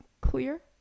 clear